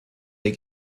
hier